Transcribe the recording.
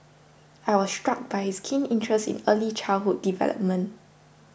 I was struck by his keen interest in early childhood development